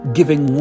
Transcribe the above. giving